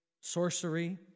sorcery